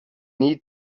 need